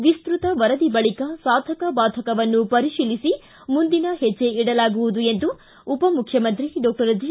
ವಿಸ್ತ್ರತ ವರದಿ ಬಳಿಕ ಸಾಧಕ ಬಾಧಕವನ್ನು ಪರಿಶೀಲಿಸಿ ಮುಂದಿನ ಹೆಜ್ಜೆ ಇಡಲಾಗುವುದು ಎಂದು ಉಪಮುಖ್ಯಮಂತ್ರಿ ಡಾಕ್ಟರ್ ಜಿ